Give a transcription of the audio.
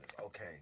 Okay